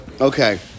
Okay